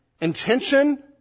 intention